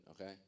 okay